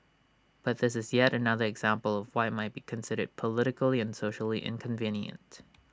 but this is yet another example of what might be considered politically and socially inconvenient